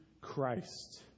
Christ